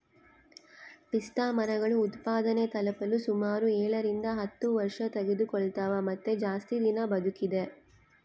ಪಿಸ್ತಾಮರಗಳು ಉತ್ಪಾದನೆ ತಲುಪಲು ಸುಮಾರು ಏಳರಿಂದ ಹತ್ತು ವರ್ಷತೆಗೆದುಕೊಳ್ತವ ಮತ್ತೆ ಜಾಸ್ತಿ ದಿನ ಬದುಕಿದೆ